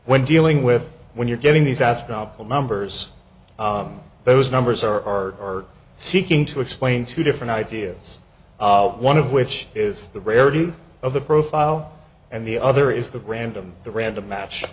when dealing with when you're getting these astronomical numbers those numbers are seeking to explain two different ideas one of which is the rarity of the profile and the other is the random the random match